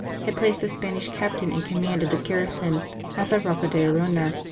had placed a spanish captain in command of the garrison at the rocca d arona,